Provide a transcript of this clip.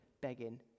begging